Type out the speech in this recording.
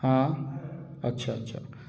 हाँ अच्छा अच्छा